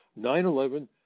9-11